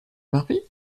mari